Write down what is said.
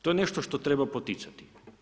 To je nešto što treba poticati.